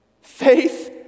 Faith